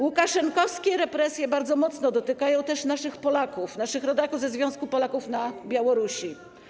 Łukaszenkowskie represje bardzo mocno dotykają też naszych Polaków, naszych rodaków ze Związku Polaków na Białorusi.